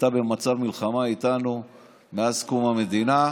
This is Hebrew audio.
הייתה במצב מלחמה איתנו מאז קום המדינה.